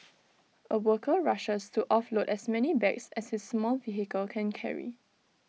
A worker rushes to offload as many bags as his small vehicle can carry